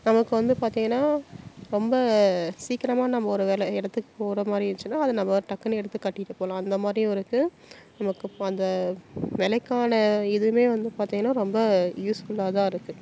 அதுக்கு வந்து பார்த்திங்கனா ரொம்ப சீக்கரமாக நம்ம ஒருவேளை இடத்துக்கு போகறமாரி இருந்துச்சினா அதை நம்ம டக்குன்னு எடுத்து கட்டிகிட்டு போகலாம் அந்தமாதிரியும் இருக்கு நமக்கு இப்போ அந்த விலைக்கான இதுவுமே வந்து பார்த்திங்கனா ரொம்ப யூஸ்ஃபுல்லாகதான் இருக்கு